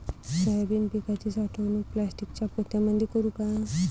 Soybean पिकाची साठवणूक प्लास्टिकच्या पोत्यामंदी करू का?